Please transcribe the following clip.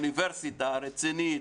של אוניברסיטה רצינית,